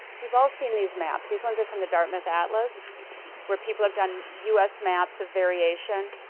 we've all seen these maps. these ones are from the dartmouth atlas where people have done u s. maps variation.